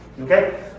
Okay